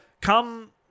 come